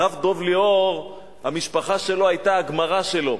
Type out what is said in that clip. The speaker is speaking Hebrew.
המשפחה של הרב דב ליאור היתה הגמרא שלו,